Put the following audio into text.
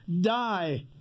die